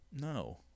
No